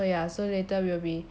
so ya so later we'll be